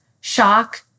shock